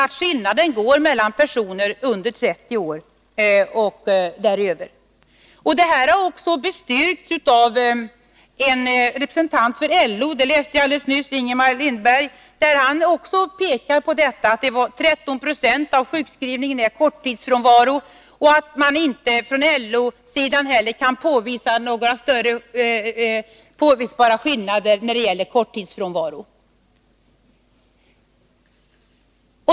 Skillnaden finns mellan personer under 30 år och personer däröver. Detta har också bestyrkts av en representant för LO, Ingemar Lindberg. Jag läste det alldeles nyss. Han pekar också på att 13 96 av sjukskrivningen gäller korttidsfrånvaro och att man inte heller från LO:s sida kan påvisa några större skillnader när det gäller korttidsfrånvaro.